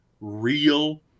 real